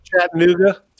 Chattanooga